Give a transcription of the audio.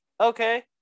okay